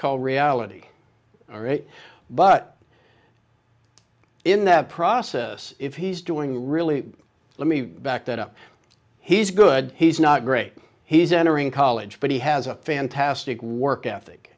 call reality all right but in that process if he's doing really let me back that up he's good he's not great he's entering college but he has a fantastic work ethic